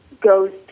goes